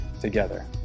together